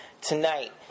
tonight